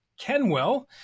Kenwell